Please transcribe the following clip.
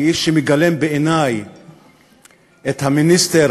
כאיש שמגלם בעיני את המיניסטר